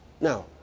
Now